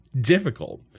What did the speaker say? difficult